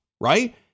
right